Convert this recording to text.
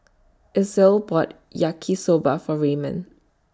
Edsel bought Yaki Soba For Raymond